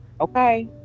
okay